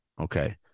okay